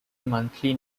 monthly